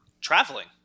traveling